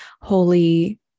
holy